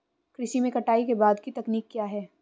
कृषि में कटाई के बाद की तकनीक क्या है?